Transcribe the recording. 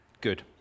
Good